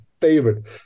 favorite